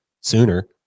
sooner